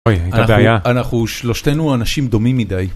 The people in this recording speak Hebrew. אנחנו שלושתנו אנשים דומים מדי.